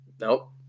nope